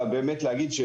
ולהגיד,